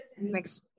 Next